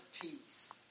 Peace